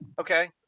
Okay